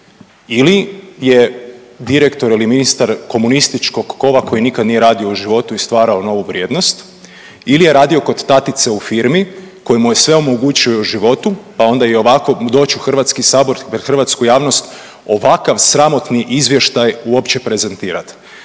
Ili je direktor ili ministar komunističkog kova koji nikad nije radio u životu i stvarao novu vrijednost ili je radio kod tatice u firmi koji mu je sve omogućio u životu pa onda i ova doći u Hrvatski sabor pred hrvatsku javnost ovakav sramotni izvještaj uopće prezentirat.